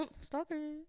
stalker